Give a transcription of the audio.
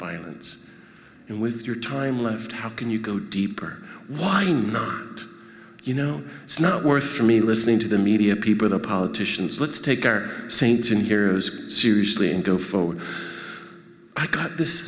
violence and with your time left how can you go deeper why not you know it's not worth for me listening to the media people or politicians let's take our saints in here as seriously and go forward i got this